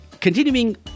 continuing